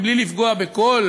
בלי לפגוע בכל